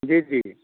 जी जी